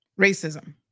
racism